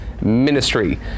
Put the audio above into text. Ministry